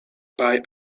pie